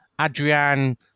Adrian